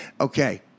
okay